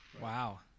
Wow